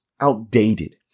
outdated